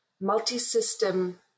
multi-system